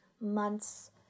months